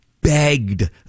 begged